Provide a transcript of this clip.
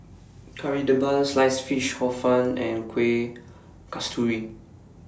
Kari Debal Sliced Fish Hor Fun and Kueh Kasturi